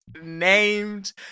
named